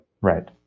right